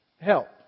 help